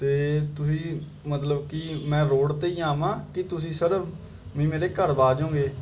ਅਤੇ ਤੁਸੀਂ ਮਤਲਬ ਕੀ ਮੈਂ ਰੋਡ 'ਤੇ ਹੀ ਆਵਾਂ ਕਿ ਤੁਸੀਂ ਸਰ ਵੀ ਮੇਰੇ ਘਰ ਬ ਆ ਜਾਓਗੇ